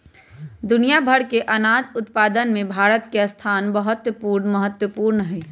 दुनिया भर के अनाज उत्पादन में भारत के स्थान बहुत महत्वपूर्ण हई